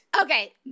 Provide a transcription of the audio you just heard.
okay